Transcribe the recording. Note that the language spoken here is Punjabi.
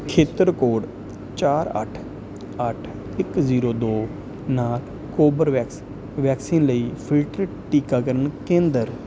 ਖੇਤਰ ਕੋਡ ਚਾਰ ਅੱਠ ਅੱਠ ਇੱਕ ਜ਼ੀਰੋ ਦੋ ਨਾਲ ਕੋਬਰਵੈਕਸ ਵੈਕਸੀਨ ਲਈ ਫਿਲਟਰ ਟੀਕਾਕਰਨ ਕੇਂਦਰ